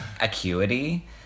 acuity